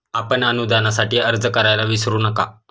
आपण अनुदानासाठी अर्ज करायला विसरू नका